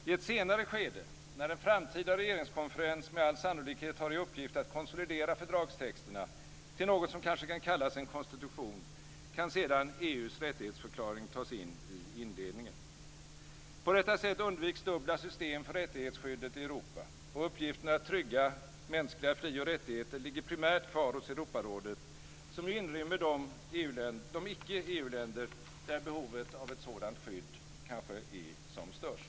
I ett senare skede, när en framtida regeringskonferens med all sannolikhet har i uppgift att konsolidera fördragstexterna till något som kanske kan kallas en konstitution, kan sedan EU:s rättighetsförklaring tas in i inledningen. På detta sätt undviks dubbla system för rättighetsskyddet i Europa. Och uppgiften att trygga mänskliga fri och rättigheter ligger primärt kvar hos Europarådet, som ju inrymmer de icke-EU-länder där behovet av ett sådant skydd kanske är störst.